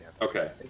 Okay